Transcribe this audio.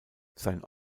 sein